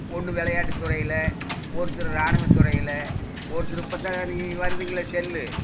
ஒன்று விளையாட்டு துறையில் ஒருத்தர் ராணுவத்துறையில் ஒருத்தர் இப்போதான் நீ வருதுங்களே செல்லு